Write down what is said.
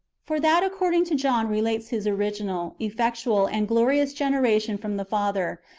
for that according to john relates his original, effectual, and glorious generation from the father,